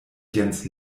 jens